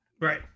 Right